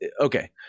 okay